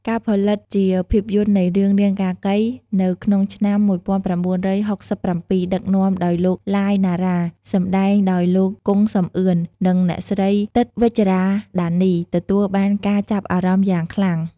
ការផលិតជាភាពយន្តនៃរឿង "នាងកាកី" នៅក្នុងឆ្នាំ ១៩៦៧ ដឹកនាំដោយលោក ឡាយ ណាវ៉ា សម្តែងដោយលោក គង់ សំអឿន និងអ្នកស្រី ទិត្យ វិជ្ជរ៉ាដានី ទទួលបានការចាប់អារម្មណ៍យ៉ាងខ្លាំង។